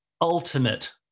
ultimate